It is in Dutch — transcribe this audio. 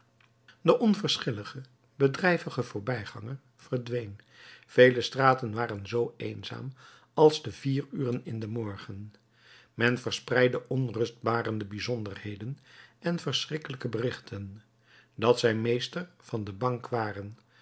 de onverschillige bedrijvige voorbijganger verdween vele straten waren zoo eenzaam als te vier uren in den morgen men verspreidde onrustbarende bijzonderheden en verschrikkelijke berichten dat zij meester van de bank waren